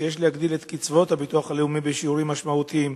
שיש להגדיל את קצבאות הביטוח הלאומי בשיעורים משמעותיים,